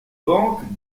banques